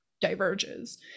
diverges